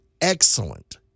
excellent